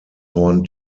horn